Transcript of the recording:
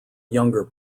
younger